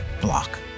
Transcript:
block